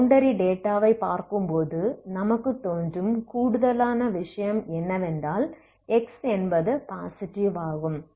boundary டேட்டாவை பார்க்கும்போது நமக்கு தோன்றும் கூடுதலான விஷயம் என்னவென்றால் x என்பது பாசிட்டிவ் ஆகும்